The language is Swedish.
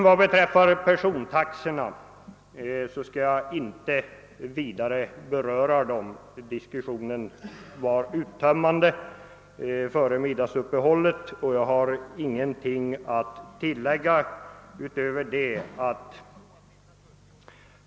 Jag skall inte uppehålla mig vid frågan om persontaxorna; diskussionen före middagsuppehållet på den punkten var uttömmande.